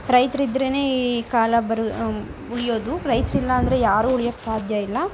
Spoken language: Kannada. ರೈತ್ರಿದ್ರೇ ಈ ಕಾಲ ಬರು ಉಳಿಯೋದು ರೈತ್ರಿಲ್ಲಾಂದರೆ ಯಾರೂ ಉಳಿಯೋಕ್ಕೆ ಸಾಧ್ಯ ಇಲ್ಲ